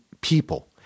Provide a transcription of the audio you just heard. people